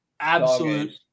Absolute